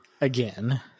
again